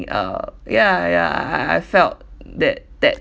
uh ya ya I I felt that that